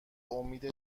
امید